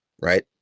right